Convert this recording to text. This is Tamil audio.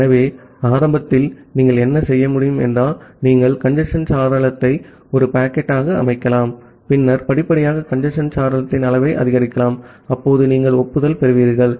ஆகவே ஆரம்பத்தில் நீங்கள் என்ன செய்ய முடியும் என்றால் நீங்கள் கஞ்சேஸ்ன் சாளரத்தை ஒரு பாக்கெட்டாக அமைக்கலாம் பின்னர் படிப்படியாக கஞ்சேஸ்ன் சாளரத்தின் அளவை அதிகரிக்கலாம் அப்போது நீங்கள் ஒப்புதல் பெறுவீர்கள்